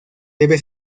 debe